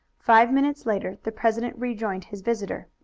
five minutes later the president rejoined his visitor.